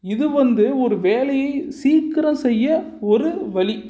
இது வந்து ஒரு வேலையை சீக்கிரம் செய்ய ஒரு வழி